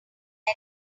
met